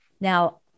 Now